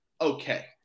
okay